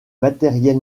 matériel